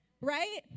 right